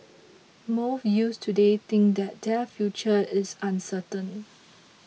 most youths today think that their future is uncertain